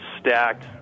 stacked